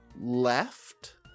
left